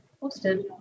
posted